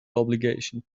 obligation